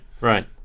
right